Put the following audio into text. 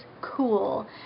cool